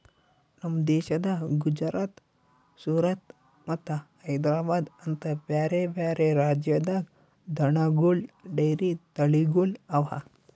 ನಮ್ ದೇಶದ ಗುಜರಾತ್, ಸೂರತ್ ಮತ್ತ ಹೈದ್ರಾಬಾದ್ ಅಂತ ಬ್ಯಾರೆ ಬ್ಯಾರೆ ರಾಜ್ಯದಾಗ್ ದನಗೋಳ್ ಡೈರಿ ತಳಿಗೊಳ್ ಅವಾ